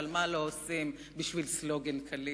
אבל מה לא עושים בשביל סלוגן קליט,